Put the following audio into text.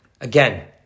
Again